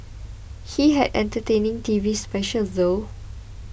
he had entertaining TV specials though